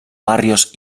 barrios